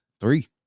Three